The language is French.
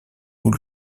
nous